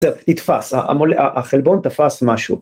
‫נתפס, החלבון תפס משהו.